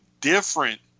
different